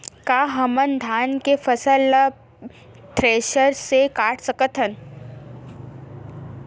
का हमन धान के फसल ला थ्रेसर से काट सकथन का?